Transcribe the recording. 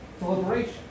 Deliberation